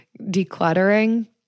decluttering